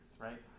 right